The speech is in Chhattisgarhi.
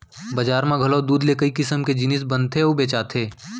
बजार म घलौ दूद ले कई किसम के जिनिस बनथे अउ बेचाथे